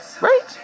Right